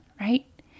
right